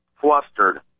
flustered